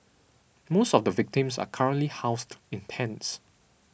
most of the victims are currently housed in tents